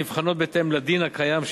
נבחנות בהתאם לדין הקיים,